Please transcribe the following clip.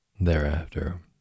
Thereafter